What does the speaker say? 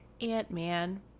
Ant-Man